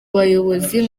bayobozi